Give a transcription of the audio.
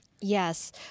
Yes